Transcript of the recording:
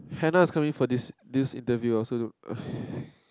Hannah is coming for this this interview also look